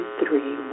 three